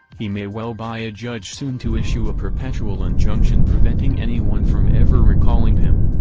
he may well buy a judge soon to issue a perpetual injunction preventing anyone from ever recalling him!